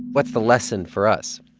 what's the lesson for us?